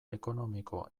ekonomiko